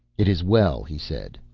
it is well, he said.